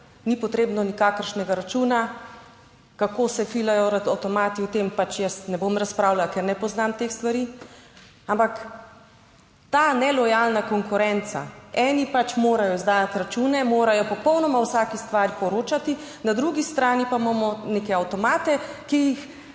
ni potrebno nikakršnega računa, kako se filajo avtomati, o tem jaz ne bom razpravljal, ker ne poznam teh stvari, ampak ta nelojalna konkurenca, eni pač morajo izdajati račune, morajo popolnoma o vsaki stvari poročati, na drugi strani pa imamo neke avtomate, ki jih